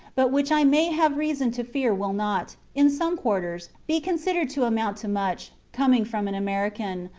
but which i may have reason to fear will not, in some quarters, be considered to amount to much, coming from an american,